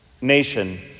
nation